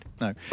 No